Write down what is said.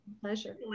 pleasure